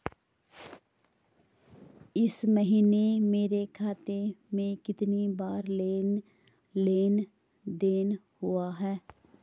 इस महीने मेरे खाते में कितनी बार लेन लेन देन हुआ है?